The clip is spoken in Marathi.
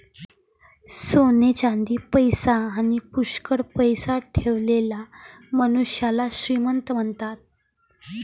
सोने चांदी, पैसा आणी पुष्कळ पैसा ठेवलेल्या मनुष्याला श्रीमंत म्हणतात